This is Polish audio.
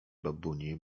babuni